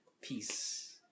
Peace